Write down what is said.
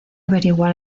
averiguar